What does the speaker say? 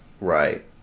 Right